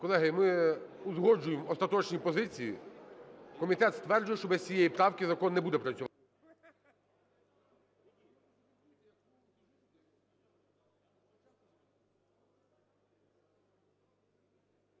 Колеги, ми узгоджуємо остаточні позиції. Комітет стверджує, що без цієї правки закон не буде працювати.